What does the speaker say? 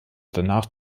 danach